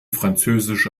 französische